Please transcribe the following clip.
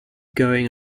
going